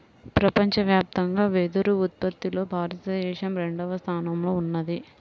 ప్రపంచవ్యాప్తంగా వెదురు ఉత్పత్తిలో భారతదేశం రెండవ స్థానంలో ఉన్నది